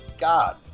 god